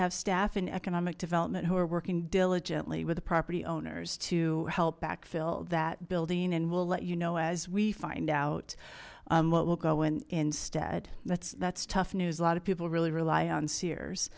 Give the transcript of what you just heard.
have staff and economic development who are working diligently with the property owners to help backfill that building and we'll let you know as we find out what will go in instead that's that's tough news a lot of people really rely on sears